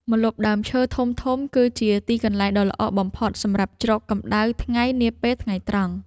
ម្លប់ដើមឈើធំៗគឺជាទីកន្លែងដ៏ល្អបំផុតសម្រាប់ជ្រកកម្តៅថ្ងៃនាពេលថ្ងៃត្រង់។